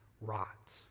rot